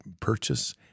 purchase